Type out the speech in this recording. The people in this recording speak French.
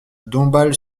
dombasle